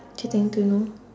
getting to know